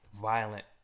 violent